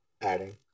adding